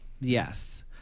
Yes